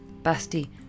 Basti